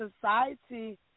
society